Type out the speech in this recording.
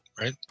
right